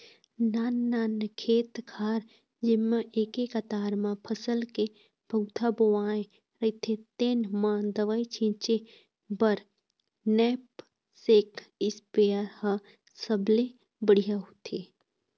नाननान खेत खार जेमा एके कतार म फसल के पउधा बोवाए रहिथे तेन म दवई छिंचे बर नैपसेक इस्पेयर ह सबले बड़िहा होथे